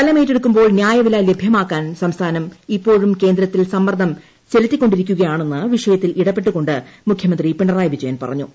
സ്ഥലമേറ്റെടുക്കുമ്പോൾ നൃായവില ലഭൃമാക്കാൻ സംസ്ഥാനം ഇപ്പോഴും കേന്ദ്രത്തിൽ സമ്മർദ്ദം ചെലുത്തിക്കൊണ്ടിരിക്കുകയാണെന്ന് വിഷയത്തിൽ ഇടപെട്ടുകൊണ്ട് മുഖ്യമന്ത്രി പിണറായി വിജയൻ പറഞ്ഞു